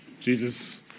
Jesus